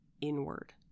inward